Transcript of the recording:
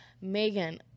megan